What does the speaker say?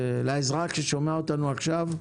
לאזרח ששומע אותנו עכשיו: